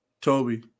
Toby